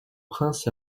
prince